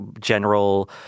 general